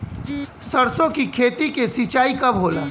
सरसों की खेती के सिंचाई कब होला?